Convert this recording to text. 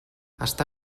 està